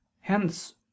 Hence